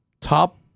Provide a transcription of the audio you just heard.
top